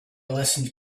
listened